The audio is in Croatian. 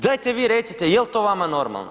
Dajte vi recite, jel to vama normalno?